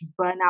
burnout